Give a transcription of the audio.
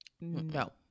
No